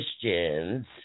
Christians